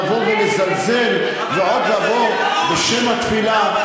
לבוא ולזלזל, ועוד לבוא בשם התפילה,